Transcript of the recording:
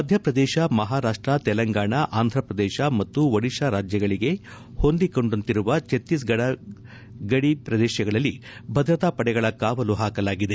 ಮಧ್ಯಪ್ರದೇಶ ಮಹಾರಾಷ್ಟ ತೆಲಂಗಾಣ ಆಂಧ್ರಪ್ರದೇಶ ಮತ್ತು ಒಡಿಶಾ ರಾಜ್ಯಗಳಿಗೆ ಹೊಂದಿಕೊಂಡಂತಿರುವ ಛತ್ತೀಸ್ಗಢ ಗದಿ ಪ್ರದೇಶಗಳಲ್ಲಿ ಭದ್ರತಾ ಪಡೆಗಳ ಕಾವಲು ಹಾಕಲಾಗಿದೆ